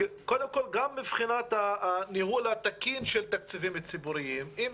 גם מבחינת הניהול התקין של התקציבים הציבוריים אם